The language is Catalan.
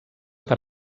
per